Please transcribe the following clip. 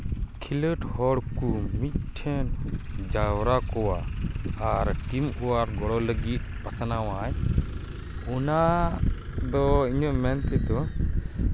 ᱠᱷᱮᱞᱳᱰ ᱦᱚᱲ ᱠᱚ ᱢᱤᱫ ᱴᱷᱮᱱ ᱡᱟᱣᱨᱟ ᱠᱚᱣᱟ ᱟᱨ ᱴᱤᱢ ᱚᱣᱟᱨᱠ ᱜᱚᱲᱚ ᱞᱟᱹᱜᱤᱫ ᱯᱟᱥᱱᱟᱣ ᱟᱭ ᱚᱱᱟ ᱫᱚ ᱤᱧᱟᱹᱜ ᱢᱮᱱ ᱛᱮᱫᱚ